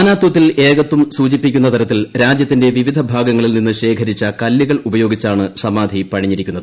നാനാത്വത്തിൽ ഏകത്വം സൂചിപ്പിക്കുന്ന തരത്തിൽ രാജ്യത്തിന്റെ വിവിധ ഭാഗങ്ങളിൽ നിന്ന് ശേഖരിച്ച കല്ലുകളുപയോഗിച്ചാണ് സമാധി പണിതിരിക്കുന്നത്